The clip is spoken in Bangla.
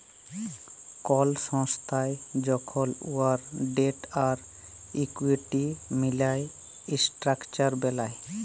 কল সংস্থা যখল উয়ার ডেট আর ইকুইটি মিলায় ইসট্রাকচার বেলায়